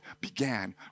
began